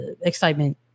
excitement